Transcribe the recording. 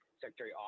Secretary